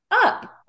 Up